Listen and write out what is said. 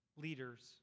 leaders